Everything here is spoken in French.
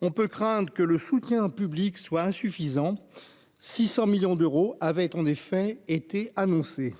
on peut craindre que le soutien public soit insuffisante 600 millions d'euros avaient en effet été annoncé